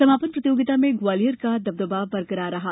समापन प्रतियोगिता में ग्वालियर का दबदवा बरकरार रहा